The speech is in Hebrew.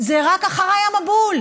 זה רק אחריי המבול.